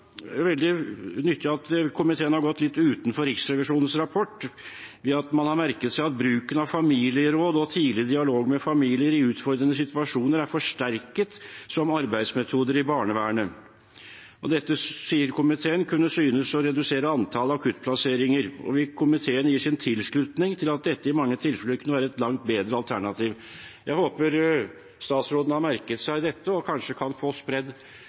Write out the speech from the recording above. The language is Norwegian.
veldig nyttig at komiteen har gått litt utenom Riksrevisjonens rapport ved at man har bemerket: bruken av familieråd og tidlig dialog med familier i utfordrende situasjoner er forsterket som arbeidsmetoder i barnevernet. Dette synes å kunne redusere antallet akuttplasseringer, og komiteen vil gi sin tilslutning til at dette i mange tilfeller vil kunne være et langt bedre alternativ.» Jeg håper statsråden har merket seg dette og kanskje kan få spredd